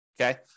okay